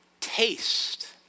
Taste